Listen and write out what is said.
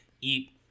eat-